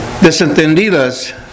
desentendidas